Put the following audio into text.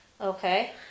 okay